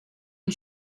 une